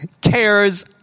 cares